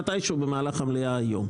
מתי שהוא במהלך המליאה היום.